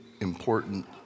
important